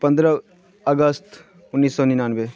पनरह अगस्त उनैस सओ निनानवे